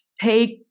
Take